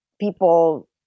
people